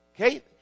Okay